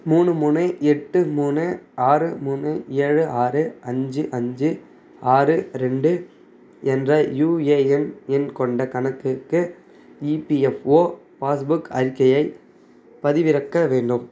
மூணு மூணு எட்டு மூணு ஆறு மூணு ஏழு ஆறு அஞ்சு அஞ்சு ஆறு ரெண்டு என்ற யுஏஎன் எண் கொண்ட கணக்குக்கு இபிஎஃப்ஓ பாஸ்புக் அறிக்கையை பதிவிறக்க வேண்டும்